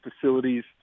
facilities